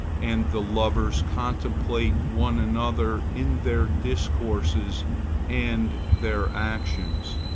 and the lovers contemplate one another in their discourses and their actions,